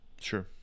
Sure